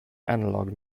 analog